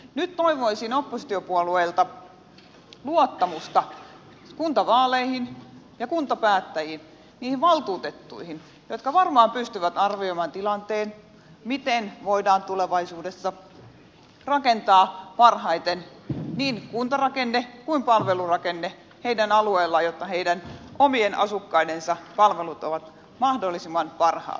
nyt toivoisin oppositiopuolueilta luottamusta kuntavaaleihin ja kuntapäättäjiin niihin valtuutettuihin jotka varmaan pystyvät arvioimaan tilanteen miten voidaan tulevaisuudessa rakentaa parhaiten niin kuntarakenne kuin palvelurakenne heidän alueillaan jotta heidän omien asukkaidensa palvelut ovat mahdollisimman parhaat